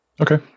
Okay